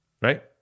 Right